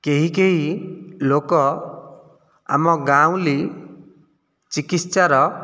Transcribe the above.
କେହି କେହି ଲୋକ ଆମ ଗାଉଁଲି ଚିକିତ୍ସାର